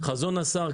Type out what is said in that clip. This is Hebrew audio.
בחזון השר,